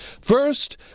First